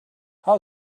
how